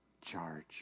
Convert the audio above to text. charge